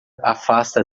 afasta